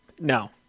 No